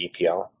EPL